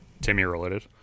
Timmy-related